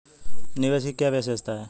निवेश की क्या विशेषता है?